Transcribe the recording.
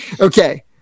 Okay